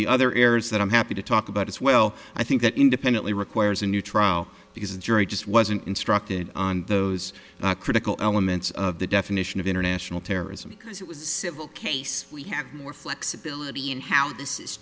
the other errors that i'm happy to talk about as well i think that independently requires a new trial because the jury just wasn't instructed on those critical elements of the definition of international terrorism because it was a civil case we have more flexibility in how this is